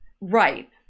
right